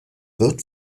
wird